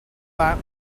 that